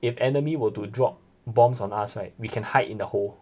if enemy were to drop bombs on us right we can hide in the hole